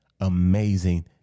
amazing